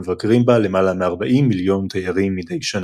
ומבקרים בה למעלה מ-40 מיליון תיירים מדי שנה.